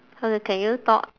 uh can you talk